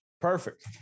Perfect